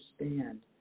understand